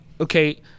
okay